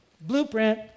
blueprint